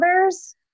others